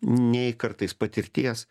nei kartais patirties